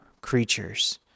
creatures